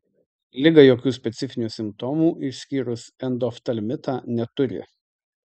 liga jokių specifinių simptomų išskyrus endoftalmitą neturi